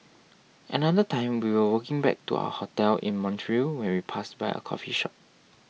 another time we were walking back to our hotel in Montreal when we passed by a coffee shop